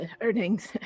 earnings